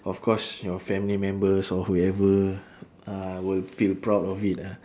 of course your family members or whoever uh will feel proud of it lah